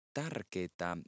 tärkeitä